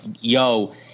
yo